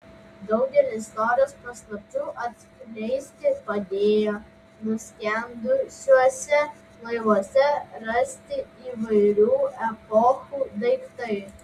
daugelį istorijos paslapčių atskleisti padėjo nuskendusiuose laivuose rasti įvairių epochų daiktai